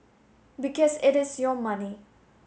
because it is your money